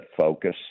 focus